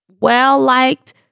Well-liked